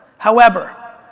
however,